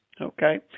Okay